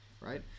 right